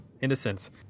Innocence